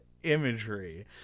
imagery